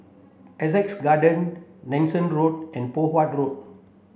Sussex Garden Nanson Road and Poh Huat Road